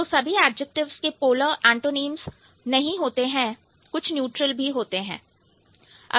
तो सभी एडजेक्टिव के पोलर एंटोनीम्स नहीं होते हैं कुछ न्यूट्रल भी होते हैं